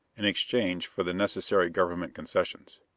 in exchange for the necessary government concessions.